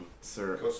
Sir